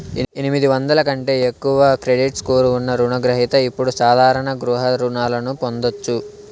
ఎనిమిది వందల కంటే ఎక్కువ క్రెడిట్ స్కోర్ ఉన్న రుణ గ్రహిత ఇప్పుడు సాధారణ గృహ రుణాలను పొందొచ్చు